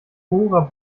bohrer